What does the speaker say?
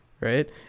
right